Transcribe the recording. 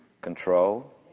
Control